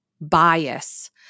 bias